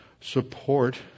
support